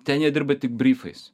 ten jie dirba tik bryfais